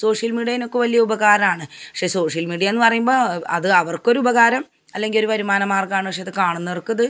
social media അതിനൊക്കെ വലിയ ഉപകാരമാണ് പക്ഷെ സോഷ്യൽ മീഡിയ എന്നു പറയുമ്പോൾ അത് അവർക്കൊരുപകാരം അല്ലെങ്കിൽ ഒരു വരുമാന മാർഗ്ഗമാണ് പക്ഷെ അത് കാണുന്നോർക്കിത്